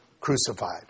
crucified